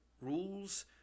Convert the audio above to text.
rules